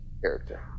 character